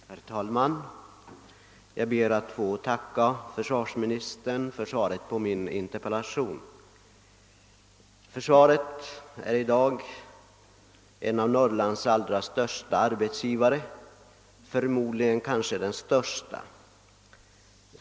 Herr talman! Jag ber att få tacka försvarsministern för svaret på min interpellation. Försvaret är i dag en av Norrlands största arbetsgivare, förmodligen den allra största.